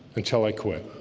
until i quit